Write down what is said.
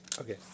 okay